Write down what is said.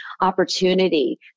opportunity